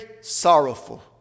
sorrowful